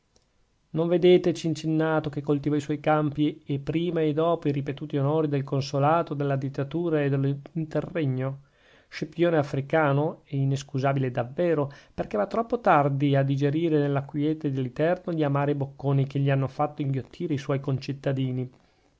non vedete cincinnato che coltiva i suoi campi e prima e dopo i ripetuti onori del consolato della dittatura e dello interregno scipione africano è inescusabile davvero perchè va troppo tardi a digerire nella quiete di literno gli amari bocconi che gli hanno fatto inghiottire i suoi concittadini